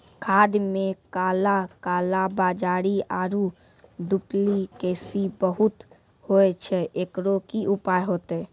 खाद मे काला कालाबाजारी आरु डुप्लीकेसी बहुत होय छैय, एकरो की उपाय होते?